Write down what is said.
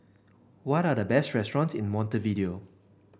what are the best restaurants in Montevideo